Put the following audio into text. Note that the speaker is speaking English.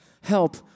Help